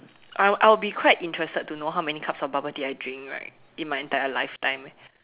I'll I'll be quite interested to know how many cups of bubble tea I drink right in my entire lifetime eh